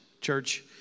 church